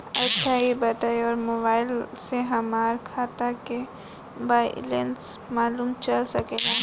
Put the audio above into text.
अच्छा ई बताईं और मोबाइल से हमार खाता के बइलेंस मालूम चल सकेला?